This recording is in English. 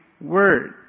word